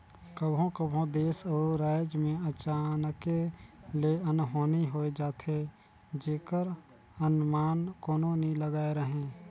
कभों कभों देस अउ राएज में अचानके ले अनहोनी होए जाथे जेकर अनमान कोनो नी लगाए रहें